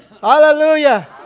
hallelujah